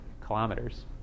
kilometers